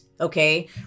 okay